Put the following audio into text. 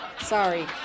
Sorry